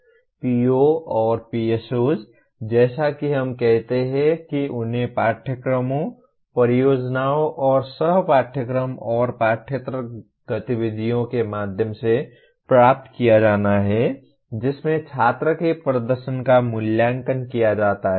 PO और PSOs जैसा कि हम कहते हैं कि उन्हें पाठ्यक्रमों परियोजनाओं और सह पाठयक्रम और पाठ्येतर गतिविधियों के माध्यम से प्राप्त किया जाना है जिसमें छात्र के प्रदर्शन का मूल्यांकन किया जाता है